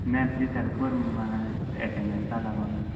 ma'am please help कोर म्हा एटँडंसा लागोनू